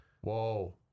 Whoa